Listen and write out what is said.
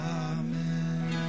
amen